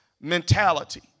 mentality